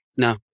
No